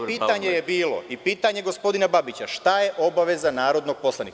Moje pitanje je bilo i pitanje gospodina Babića – šta je obaveza narodnog poslanika?